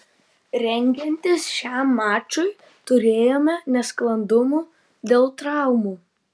rengiantis šiam mačui turėjome nesklandumų dėl traumų